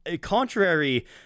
contrary